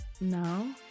No